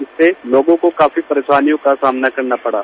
इससे लोगों को काफी परेशानियों का सामना करना पड़ा